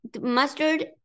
mustard